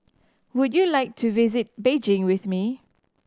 would you like to visit Beijing with me